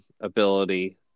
ability